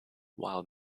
while